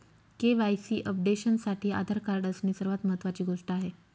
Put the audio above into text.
KYC अपडेशनसाठी Aadhaar card असणे सर्वात महत्वाची गोष्ट आहे